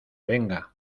venga